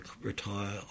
retire